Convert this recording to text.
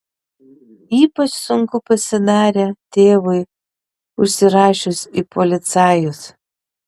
ypač sunku pasidarė tėvui užsirašius į policajus